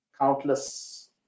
countless